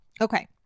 Okay